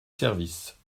service